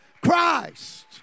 Christ